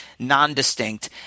nondistinct